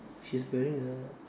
she is wearing a